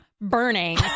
burning